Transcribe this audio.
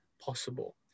possible